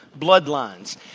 bloodlines